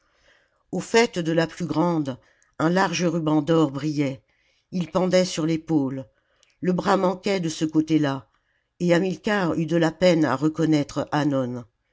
au faîte de la plus grande un large ruban d'or brillait il pendait sur tépaule le bras manquait de ce côté-là et hamilcar eut de la peine à reconnaître hannon